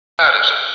Madison